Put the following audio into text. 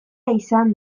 izan